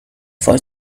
for